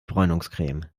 bräunungscreme